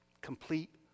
complete